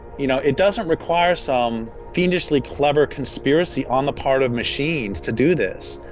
you know, it doesn't require some fiendishly clever conspiracy on the part of machines to do this.